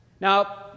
Now